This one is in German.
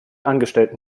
angestellten